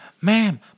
ma'am